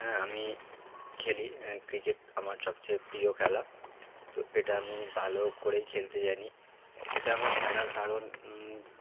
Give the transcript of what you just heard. হ্যাঁ আমি খেলি ক্রিকেট আমার সবচেয়ে প্রিয় খেলা তো এটা আমি ভালো করেই খেলতে জানি এটা আমার খেলার কারণ